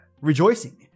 rejoicing